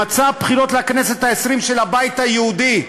במצע הבחירות לכנסת העשרים של הבית היהודי,